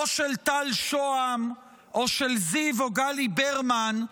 לא של טל שוהם או של זיו או גלי ברמן,